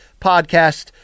podcast